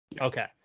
Okay